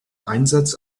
einsatz